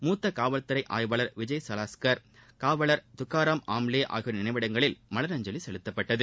மூத்த காவல்துறை ஆய்வாளர் விஜய் சலாஸ்கர் காவலர் துக்காரம் ஆம்லே ஆகியோரின் நினைவிடங்களில் மலரஞ்சலி செலுத்தப்பட்டது